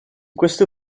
questo